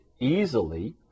easily